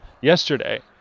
yesterday